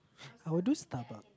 I will do stuff ah